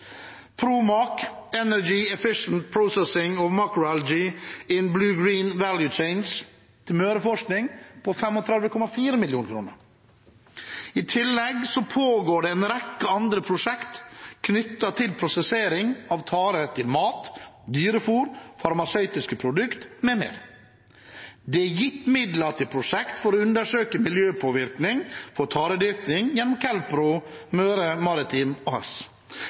PROMAC: Energy efficient PROcessing of MACroalgae in blue-green value chains, ved Møreforskning, har fått 35,4 mill. kr I tillegg pågår det en rekke andre prosjekter knyttet til prosessering av tare til mat, dyrefôr, farmasøytiske produkter m.m. Det er gitt midler til prosjekt for å undersøke miljøpåvirkning fra taredyrking gjennom KELPRO. Møre Maritime AS